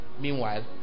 Meanwhile